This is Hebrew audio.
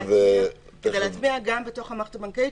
כדי להטמיע גם במערכת הבנקאית,